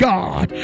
God